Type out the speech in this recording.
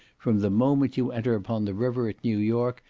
from the moment you enter upon the river at new york,